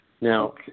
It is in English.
Now